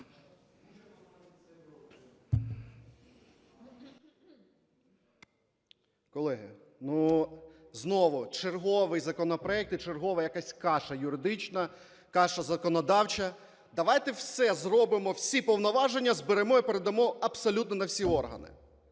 Колеги, знову черговий законопроект і чергова якась каша юридична, каша законодавча. Давайте все зробимо, всі повноваження зберемо і передамо абсолютно на всі органи.